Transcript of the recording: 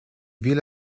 ville